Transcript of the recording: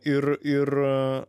ir ir